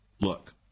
Look